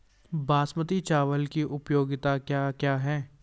बासमती चावल की उपयोगिताओं क्या क्या हैं?